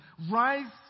rise